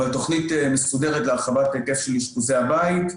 אבל תוכנית מסודרת להרחבת היקף של אשפוזי הבית.